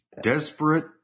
desperate